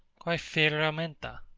quae ferramenta?